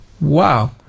Wow